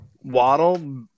Waddle